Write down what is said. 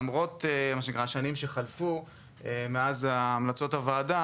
למרות השנים שחלפו מאז המלצות הוועדה,